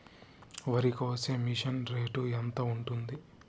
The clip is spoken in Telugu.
వరికోసే మిషన్ రేటు ఎంత ఉంటుంది?